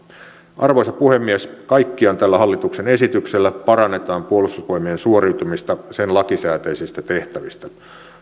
arvoisa puhemies kaikkiaan tällä hallituksen esityksellä parannetaan puolustusvoimien suoriutumista sen lakisääteisistä tehtävistä